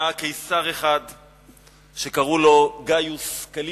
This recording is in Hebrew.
היה קיסר אחד שקראו לו גאיוס קליגולה.